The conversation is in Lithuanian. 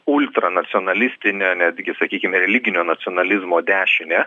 ultranacionalistinę netgi sakykim religinio nacionalizmo dešinę